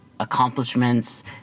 accomplishments